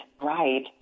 right